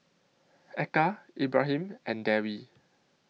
Eka Ibrahim and Dewi